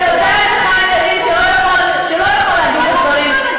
ויודע את זה חיים ילין שלא יכול להגיב על הדברים,